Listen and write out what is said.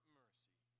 mercy